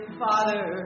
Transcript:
father